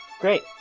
Great